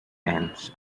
and